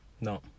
no